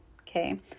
okay